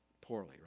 Poorly